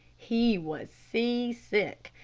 he was seasick.